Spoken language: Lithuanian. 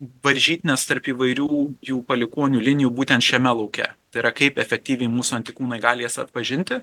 varžytinės tarp įvairių jų palikuonių linijų būtent šiame lauke tai yra kaip efektyviai mūsų antikūnai gali jas atpažinti